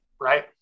right